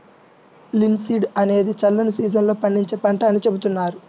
linseed అనేది చల్లని season లో పండించే పంట అని చెబుతున్నారు